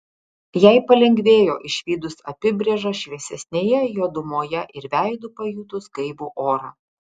jai palengvėjo išvydus apybrėžą šviesesnėje juodumoje ir veidu pajutus gaivų orą